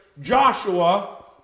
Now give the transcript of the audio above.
Joshua